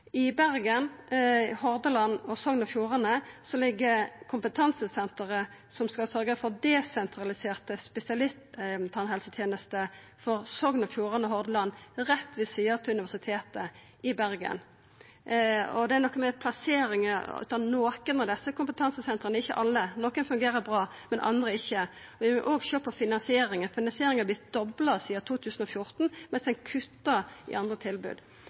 Kompetansesenteret som skal sørgja for desentraliserte spesialisttannhelsetenester for Sogn og Fjordane og Hordaland, ligg rett ved sida av Universitetet i Bergen. Det er noko med plasseringa av nokon av desse kompetansesentra. Nokon fungerer bra, men ikkje alle. Vi må også sjå på finansieringa, for finansieringa har vorte dobla sidan 2014, mens ein kuttar i andre tilbod.